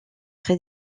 très